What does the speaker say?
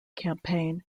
campaign